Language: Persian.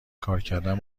کارکردن